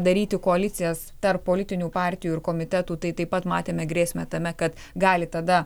daryti koalicijas tarp politinių partijų ir komitetų tai taip pat matėme grėsmę tame kad gali tada